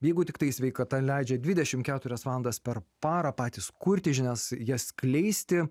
jeigu tiktai sveikata leidžia dvidešim keturias valandas per parą patys kurti žinias jas skleisti